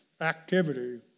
activity